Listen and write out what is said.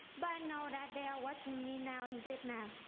but i know that they are watching me now in vietnam.